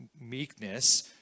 meekness